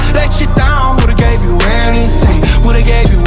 let you down woulda gave you anything, woulda gave